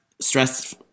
stress